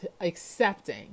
accepting